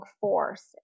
force